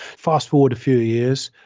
fast forward a few years.